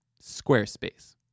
Squarespace